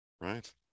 right